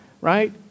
Right